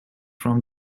from